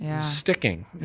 sticking